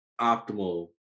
optimal